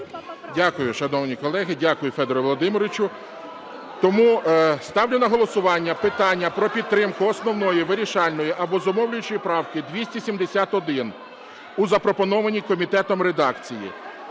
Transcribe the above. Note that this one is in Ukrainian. Дякую, шановні колеги. Дякую, Федоре Володимировичу. Тому ставлю на голосування питання про підтримку основної, вирішальної або зумовлюючої правки 271 у запропонованій комітетом редакції,